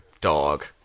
dog